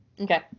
Okay